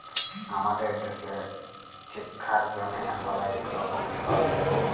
আমাদের দ্যাশে ছিক্ষার জ্যনহে অলেক রকমের লল দেয়